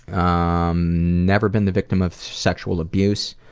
um never been the victim of sexual abuse.